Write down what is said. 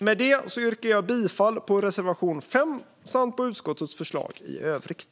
Med detta yrkar jag bifall till reservation 5 och till utskottets förslag i övrigt.